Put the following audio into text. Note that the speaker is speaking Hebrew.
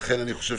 לכן אני חושב